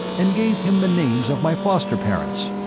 and gave him the names of my foster-parents.